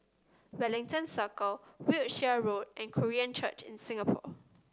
Wellington Circle Wiltshire Road and Korean Church in Singapore